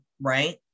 right